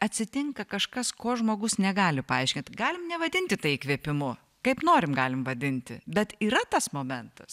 atsitinka kažkas ko žmogus negali paaiškint galim nevadinti tai įkvėpimu kaip norim galim vadinti bet yra tas momentas